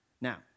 Now